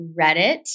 Reddit